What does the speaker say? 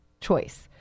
choice